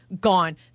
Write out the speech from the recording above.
gone